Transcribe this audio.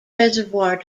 reservoir